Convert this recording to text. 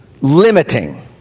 limiting